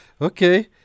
Okay